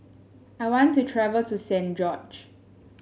I want to travel to Saint George